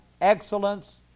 excellence